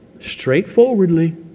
straightforwardly